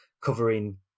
covering